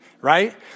Right